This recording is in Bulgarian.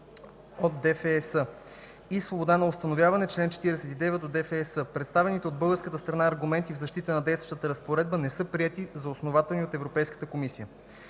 от ДФЕС) и свобода на установяване (чл. 49 от ДФЕС). Представените от българска страна аргументи в защита на действащата разпоредба не са приети за основателни от Европейската комисия.